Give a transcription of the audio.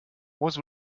was